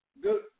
good